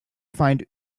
find